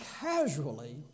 casually